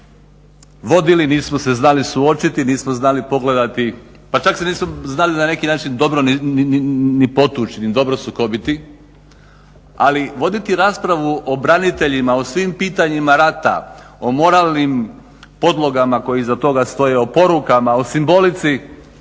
vodili, nismo se znali suočiti, nismo znali pogledati, pa čak se nismo znali na neki način dobro ni potući, ni dobro sukobiti. Ali voditi raspravu o braniteljima, o svim pitanjima rata, o moralnim podlogama koje iza toga stoje, o porukama, o simbolici,